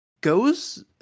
goes